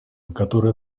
которые